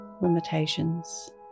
limitations